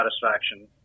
satisfaction